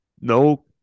no